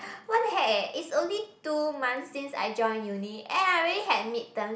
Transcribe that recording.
what the heck eh it's only two months since I join uni and I already had mid term